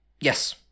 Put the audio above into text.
yes